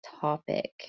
topic